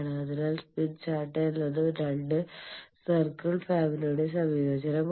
അതിനാൽ Smith chart എന്നത് രണ്ട് സർക്കിൾ ഫാമിലിയുടെ സംയോജനമാണ്